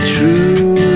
True